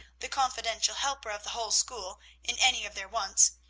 the confidential helper of the whole school in any of their wants,